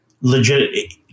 legit